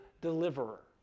deliverer